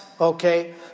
okay